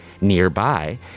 Nearby